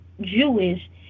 Jewish